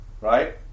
Right